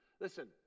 Listen